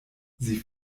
sie